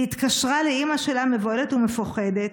היא התקשרה לאימא שלה מבוהלת ומפוחדת.